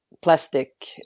plastic